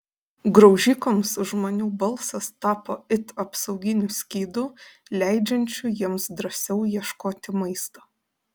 graužikams žmonių balsas tapo it apsauginiu skydu leidžiančiu jiems drąsiau ieškoti maisto